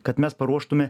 kad mes paruoštume